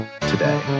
today